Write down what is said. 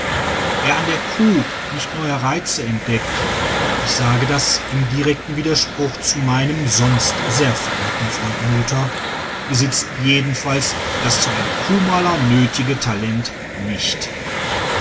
wer an der kuh nicht neue reize entdeckt ich sage das im direkten widerspruch zu meinem sonst sehr verehrten freunde muther besitzt jedenfalls das zu einem kuhmaler nötige talent nicht